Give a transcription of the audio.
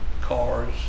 cars